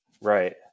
Right